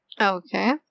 okay